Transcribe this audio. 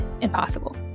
impossible